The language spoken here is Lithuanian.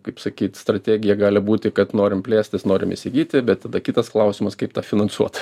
kaip sakyt strategija gali būti kad norim plėstis norim įsigyti bet tada kitas klausimas kaip tą finansuot